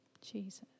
Jesus